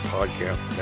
Podcast